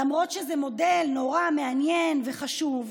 למרות שזה מודל נורא מעניין וחשוב.